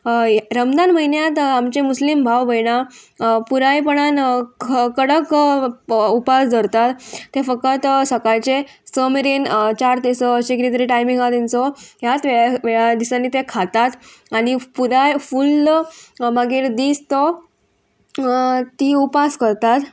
रमदान म्हयन्यांत आमचे मुस्लीम भाव भयणां पुरायपणान क कडक उपास धरतात ते फकत सकाळचे स मेरेन चार तेसो अशें कितें तरी टायमींग आहा तेंचो ह्याच वेळा वेळा दिसांनी ते खातात आनी पुराय फुल्ल मागीर दीस तो ती उपास करतात